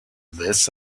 this